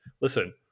listen